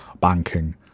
Banking